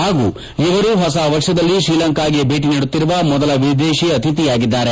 ಹಾಗೂ ಇವರು ಹೊಸ ವರ್ಷದಲ್ಲಿ ಶ್ರೀಲಂಕಾಗೆ ಭೇಟ ನೀಡುತ್ತಿರುವ ಮೊದಲ ವಿದೇಶಿ ಅತಿಥಿಯಾಗಿದ್ದಾರೆ